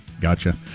Gotcha